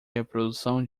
reprodução